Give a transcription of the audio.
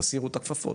תסירו כבר את הכפפות.